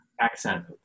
accent